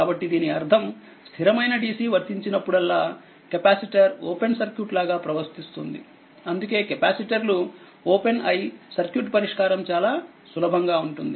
కాబట్టి దీని అర్థంస్థిరమైన DC వర్తించినప్పుడల్లా కెపాసిటర్ ఓపెన్ సర్క్యూట్ లాగా ప్రవర్తిస్తోంది అందుకే కెపాసిటర్లు ఓపెన్ అయి సర్క్యూట్ పరిష్కారం చాలా సులభంగా ఉంటుంది